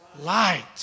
Light